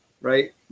right